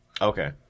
Okay